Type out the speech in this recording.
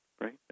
Right